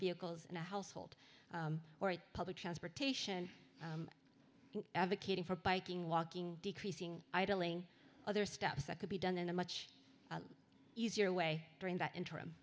vehicles in the household or at public transportation advocating for biking walking decreasing idling other steps that could be done in a much easier way during that interim